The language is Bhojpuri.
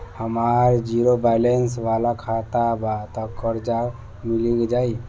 हमार ज़ीरो बैलेंस वाला खाता बा त कर्जा मिल जायी?